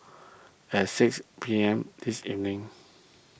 at six P M this evening